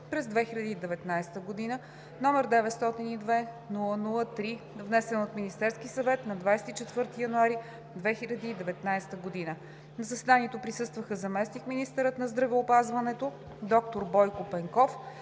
през 2019 г., № 902-00-3, внесена от Министерския съвет на 24 януари 2019 г. На заседанието присъстваха заместник-министърът на здравеопазването доктор Бойко Пенков,